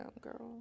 girl